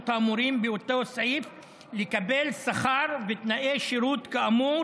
האמורים באותו סעיף לקבל שכר ותנאי שירות כאמור